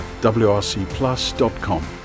wrcplus.com